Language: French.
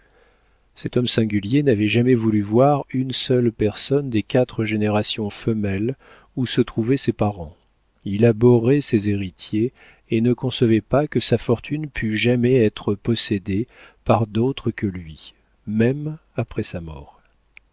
cet homme singulier n'avait jamais voulu voir une seule personne des quatre générations femelles où se trouvaient ses parents il abhorrait ses héritiers et ne concevait pas que sa fortune pût jamais être possédée par d'autres que lui même après sa mort